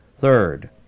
Third